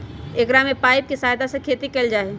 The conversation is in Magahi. एकरा में पाइप के सहायता से खेती कइल जाहई